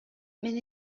мен